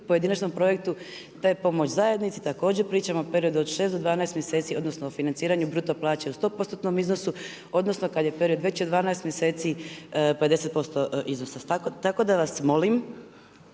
pojedinačnom projektu te pomoć zajednici. Također pričamo o periodu od 6 do 12 mjeseci, odnosno o financiranju bruto plaće u 100%tnom iznosu, odnosno kad je period veći od 12 mjeseci 50% iznosa. Tako da vas molim